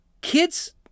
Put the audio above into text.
Kids